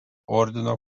ordino